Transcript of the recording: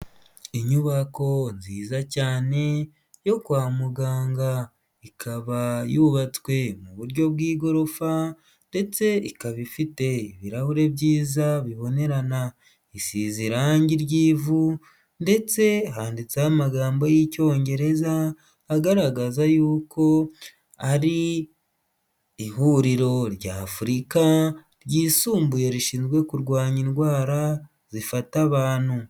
Inyubako nziza cyane yo kwa muganga. Ikaba yubatswe mu buryo bw'igorofa ndetse ikaba ifite ibirahure byiza bibonerana. Isize irangi ry'ivu ndetse handitseho amagambo y'icyongereza, agaragaza y'uko ari ihuriro rya Afurika ryisumbuye, rishinzwe kurwanya indwara zifata abantu.